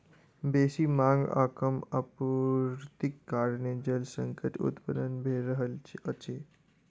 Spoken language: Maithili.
बेसी मांग आ कम आपूर्तिक कारणेँ जल संकट उत्पन्न भ रहल अछि